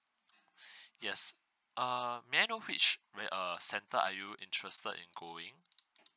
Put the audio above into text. yes err may I know which re~ err center are you interested in going